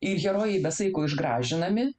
ir herojai be saiko išgražindami